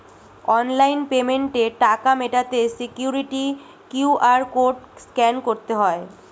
online পেমেন্টে টাকা মেটাতে সিকিউরিটি কিউ.আর কোড স্ক্যান করতে হয়